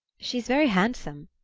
she's very handsome,